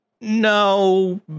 No